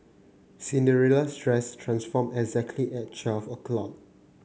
Cinderella's dress transformed exactly at twelve o'clock